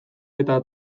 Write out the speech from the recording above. eta